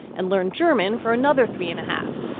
and learn german for another three and a half.